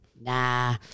nah